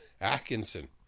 Atkinson